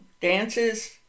dances